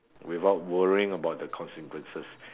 without worrying about the consequences